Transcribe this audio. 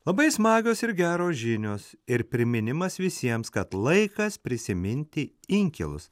labai smagios ir geros žinios ir priminimas visiems kad laikas prisiminti inkilus